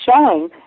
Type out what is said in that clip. showing